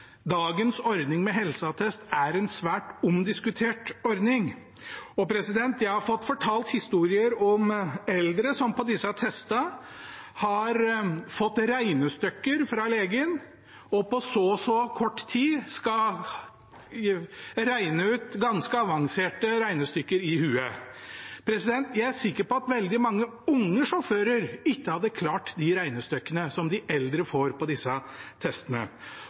dagens ordning med helseattest er en svært omdiskutert ordning. Jeg har blitt fortalt historier om eldre som på disse testene har fått regnestykker fra legen, og som på så og så kort tid skal gjøre ganske avanserte regnestykker i hodet. Jeg er sikker på at veldig mange unge sjåfører ikke hadde klart de regnestykkene som de eldre får på disse testene.